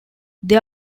they